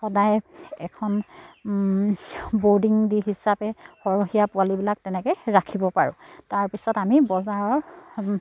সদায় এখন ব'ৰ্ডিং দি হিচাপে সৰহীয়া পোৱালিবিলাক তেনেকৈ ৰাখিব পাৰোঁ তাৰ পিছত আমি বজাৰৰ